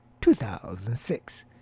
2006